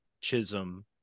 Chisholm